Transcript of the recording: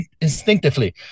instinctively